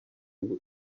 بود